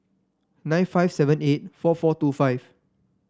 nine five seven eight four four two five